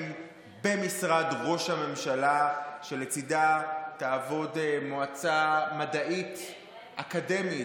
במשרד ראש הממשלה שלצידה תעבוד מועצה מדעית אקדמית,